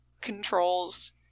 controls